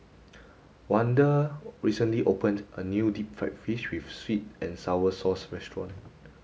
Wanda recently opened a new deep fried fish with sweet and sour sauce restaurant